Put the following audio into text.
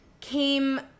came